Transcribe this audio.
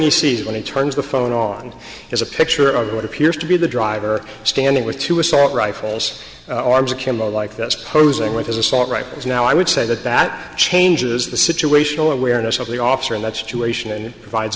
he sees when he turns the phone on is a picture of what appears to be the driver standing with two assault rifles arms akimbo like that's posing with his assault rifles now i would say that that changes the situational awareness of the officer in that situation and provides